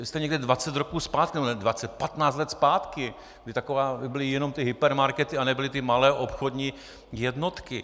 Jste někde dvacet roků zpátky, ne dvacet, patnáct let zpátky, kdy byly jenom hypermarkety a nebyly ty malé obchodní jednotky.